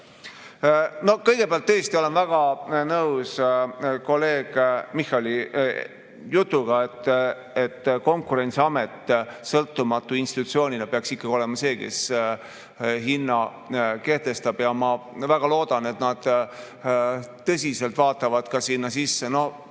Kõigepealt, tõesti, olen väga nõus kolleeg Michali jutuga, et Konkurentsiamet sõltumatu institutsioonina peaks ikkagi olema see, kes hinna kehtestab. Ja ma väga loodan, et nad vaatavad sellesse